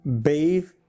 bathe